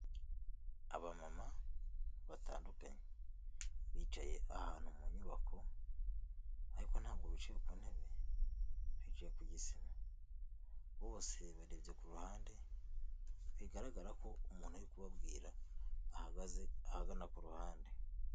aba mama batandukanye bicaye ahantu mu nyubako ariko ntabwo bicaye ku ntebe bicaye ku gisima bose barebye ku ruhande bigaragara ko umuntu ari kubabwira ahagaze ahagana ku ruhande.